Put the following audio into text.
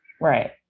right